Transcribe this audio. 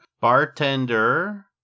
bartender